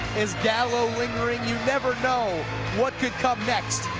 is gallo lingering? you never know what could come next.